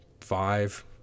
five